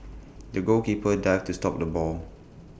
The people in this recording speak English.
the goalkeeper dived to stop the ball